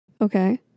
Okay